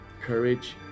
courage